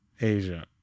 Asia